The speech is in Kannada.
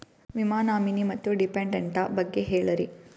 ವಿಮಾ ನಾಮಿನಿ ಮತ್ತು ಡಿಪೆಂಡಂಟ ಬಗ್ಗೆ ಹೇಳರಿ?